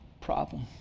problem